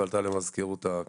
ועלתה למזכירות הכנסת.